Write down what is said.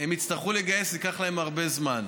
הם יצטרכו לגייס, ייקח להם הרבה זמן.